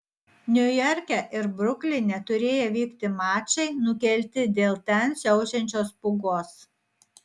niujorke ir brukline turėję vykti mačai nukelti dėl ten siaučiančios pūgos